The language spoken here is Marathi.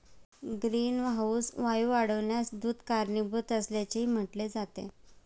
ग्रीनहाऊस वायू वाढण्यास दूध कारणीभूत असल्याचेही म्हटले आहे